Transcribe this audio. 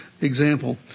example